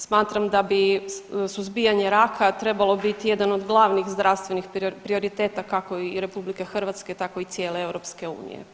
Smatram da bi suzbijanje raka trebalo biti jedan od glavnih zdravstvenih prioriteta kako i RH tako i cijele EU.